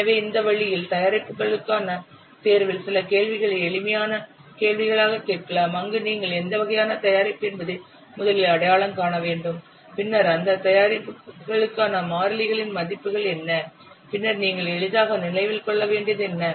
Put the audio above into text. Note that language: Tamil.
எனவே இந்த வழியில் தயாரிப்புகளுக்கான தேர்வில் சில கேள்விகளை எளிமையான கேள்விகளாகக் கேட்கலாம் அங்கு நீங்கள் எந்த வகையான தயாரிப்பு என்பதை முதலில் அடையாளம் காண வேண்டும் பின்னர் அந்த தயாரிப்புகளுக்கான மாறிலிகளின் மதிப்புகள் என்ன பின்னர் நீங்கள் எளிதாக நினைவில் கொள்ள வேண்டியது என்ன